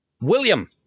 William